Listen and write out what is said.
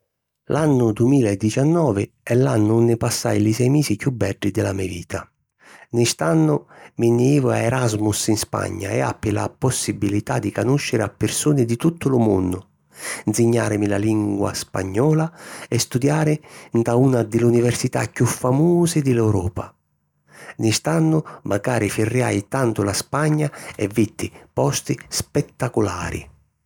L'annu dumila e dicinnovi è l'annu unni passai li sei misi chiù beddi di la me vita. Nni st'annu mi nni jivi in Erasmus in Spagna e appi la possibilità di canùsciri a pirsuni di tuttu lu munnu, nsignàrimi la lingua spagnola e studiari nta una di l'università chiù famusi di l’Europa. Nni st'annu macari firriai tantu la Spagna e vitti posti spettaculari.